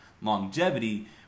longevity